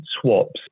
swaps